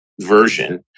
version